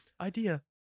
idea